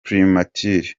primature